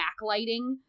backlighting